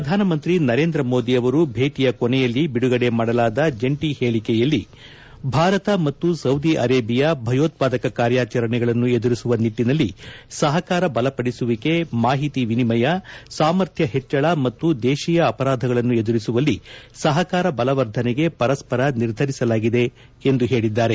ಪ್ರಧಾನಮಂತ್ರಿ ನರೇಂದ್ರ ಮೋದಿ ಅವರು ಭೇಟಿಯ ಕೊನೆಯಲ್ಲಿ ಬಿಡುಗಡೆ ಮಾಡಲಾದ ಜಂಟಿ ಹೇಳಿಕೆಯಲ್ಲಿ ಭಾರತ ಮತ್ತು ಸೌದಿ ಅರೇಬಿಯಾ ಭಯೋತ್ವಾದಕ ಕಾರ್ಯಾಚರಣೆಗಳನ್ನು ಎದುರಿಸುವ ನಿಟ್ಟಿನಲ್ಲಿ ಸಹಕಾರ ಬಲಪಡಿಸುವಿಕೆ ಮಾಹಿತಿ ವಿನಿಮಯ ಸಾಮರ್ಥ್ಯ ಹೆಚ್ಚಳ ಮತ್ತು ದೇಶೀಯ ಅಪರಾಧಗಳನ್ನು ಎದುರಿಸುವಲ್ಲಿ ಸಹಕಾರ ಬಲವರ್ಧನೆಗೆ ಪರಸ್ಪರ ನಿರ್ಧರಿಸಲಾಗಿದೆ ಎಂದು ಹೇಳಿದ್ದಾರೆ